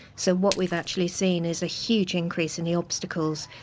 so, what we've actually seen is a huge increase in the obstacles,